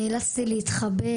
נאלצתי להתחבא